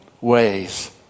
ways